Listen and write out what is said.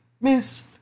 Miss